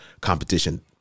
competition